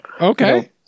okay